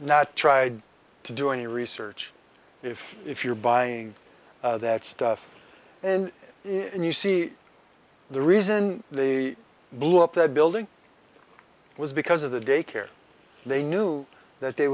not tried to do any research if if you're buying that stuff and you see the reason the blow up that building was because of the daycare they knew that they